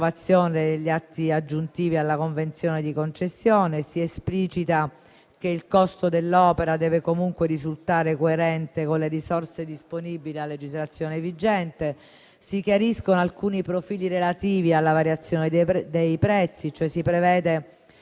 degli atti aggiuntivi alla convenzione di concessione. Si esplicita che il costo dell'opera deve comunque risultare coerente con le risorse disponibili a legislazione vigente. Si chiariscono alcuni profili relativi alla variazione dei prezzi, e cioè si prevede